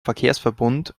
verkehrsverbund